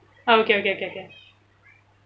oh okay okay okay